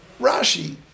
Rashi